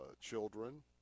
children